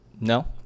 no